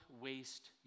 waste